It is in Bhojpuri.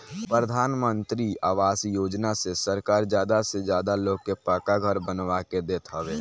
प्रधानमंत्री आवास योजना से सरकार ज्यादा से ज्यादा लोग के पक्का घर बनवा के देत हवे